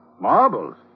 Marbles